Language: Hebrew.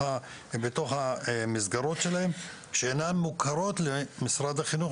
המסגרות שלהם שאינן מוכרות למשרד החינוך.